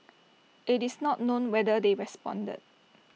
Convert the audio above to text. IT is not known whether they responded